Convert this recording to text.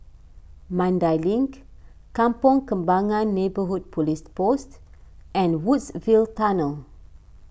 Mandai Link Kampong Kembangan Neighbourhood Police Post and Woodsville Tunnel